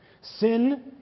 sin